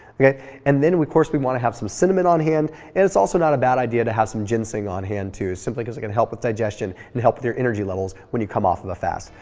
okay and then of course we want to have some cinnamon on hand, and it's also not a bad idea to have some ginseng on hand too. simply because it could help with digestion and help with your energy levels when you come off of the fast.